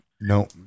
No